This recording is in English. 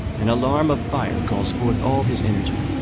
an alarm of fire calls forth all his energy.